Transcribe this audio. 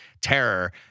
terror